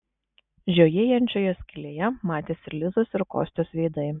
žiojėjančioje skylėje matėsi lizos ir kostios veidai